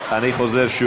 חוזר: